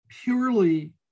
purely